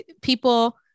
people